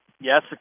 Yes